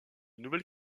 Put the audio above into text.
nouvelle